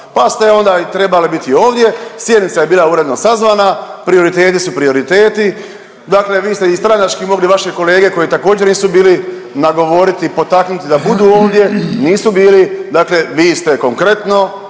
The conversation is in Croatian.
pa ste onda i trebali biti ovdje, sjednica je bila uredno sazvana, prioriteti su prioriteti, dakle vi ste i stranački mogli vaše kolege koji također nisu bili nagovoriti i potaknuti da budu ovdje, nisu bili, dakle vi ste konkretno